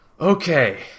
okay